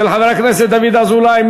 של חבר הכנסת דוד אזולאי.